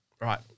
right